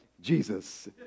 Jesus